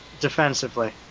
defensively